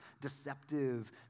deceptive